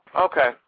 Okay